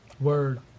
Word